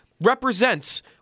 represents